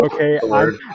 Okay